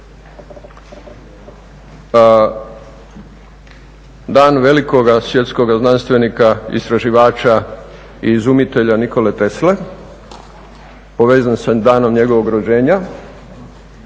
Dan velikoga svjetskoga znanstvenika, istraživača i izumitelja Nikola Tesle, povezanog sa danom njegovog rođenja